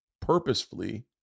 purposefully